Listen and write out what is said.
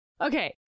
Okay